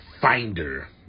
finder